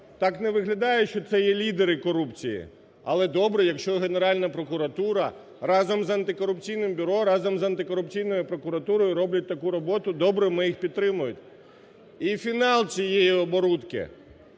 так не виглядає, що це є лідери корупції, але добре, якщо Генеральна прокуратура разом з антикорупційним бюро, разом з антикорупційною прокуратурою роблять таку роботу, добре, ми їх підтримаємо. І фінал цієї оборудки.